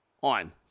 on